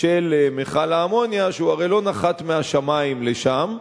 של מכל האמוניה, שהוא הרי לא נחת מהשמים לשם,